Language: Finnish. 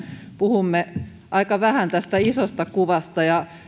puhumme aika vähän tästä isosta kuvasta ja